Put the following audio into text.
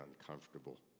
uncomfortable